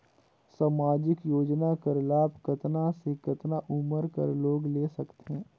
समाजिक योजना कर लाभ कतना से कतना उमर कर लोग ले सकथे?